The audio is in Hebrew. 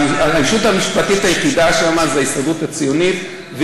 הישות המשפטית היחידה שם זה ההסתדרות הציונית.